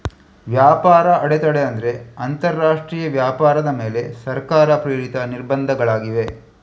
ವ್ಯಾಪಾರ ಅಡೆತಡೆ ಅಂದ್ರೆ ಅಂತರರಾಷ್ಟ್ರೀಯ ವ್ಯಾಪಾರದ ಮೇಲೆ ಸರ್ಕಾರ ಪ್ರೇರಿತ ನಿರ್ಬಂಧಗಳಾಗಿವೆ